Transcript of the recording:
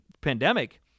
pandemic